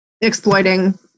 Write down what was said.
exploiting